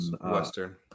Western